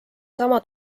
sama